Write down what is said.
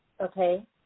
okay